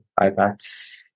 iPads